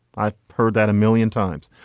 i've heard that a million times.